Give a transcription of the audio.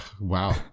Wow